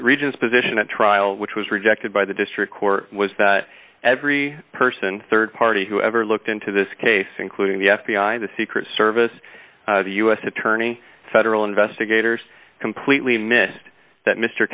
regions position a trial which was rejected by the district court was that every person rd party who ever looked into this case including the f b i the secret service the u s attorney federal investigators completely missed that mr